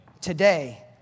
today